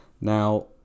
now